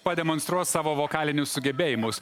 pademonstruos savo vokalinius sugebėjimus